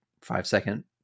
five-second